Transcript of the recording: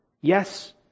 Yes